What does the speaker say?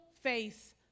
face